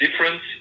difference